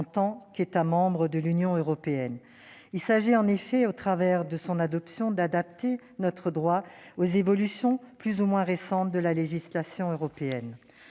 en tant qu'État membre de l'Union européenne. Il s'agit en effet d'adapter notre droit aux évolutions plus ou moins récentes de la législation européenne.